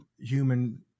human